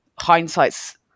hindsight's